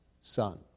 Son